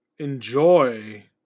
Enjoy